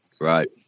Right